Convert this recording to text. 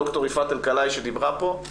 ד"ר יפעת אלקלעי שדיברה פה,